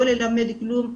לא ללמד כלום,